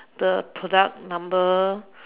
the product number